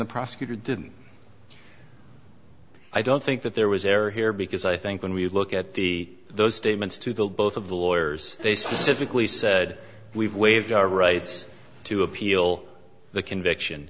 the prosecutor didn't i don't think that there was error here because i think when we look at the those statements to the both of the lawyers they specifically said we've waived our rights to appeal the conviction